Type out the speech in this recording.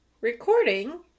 recording